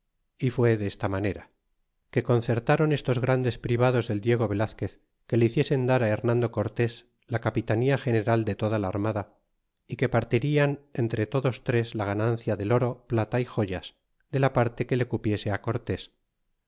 y fué desta manera que concertaron estos grandes privados del diego velazquez que le hiciesen dar hernando cortes la capitanía general de toda la armada y que partirian entre todos tres la ganancia del oro plata y joyas de la parte que le cupiese á cortés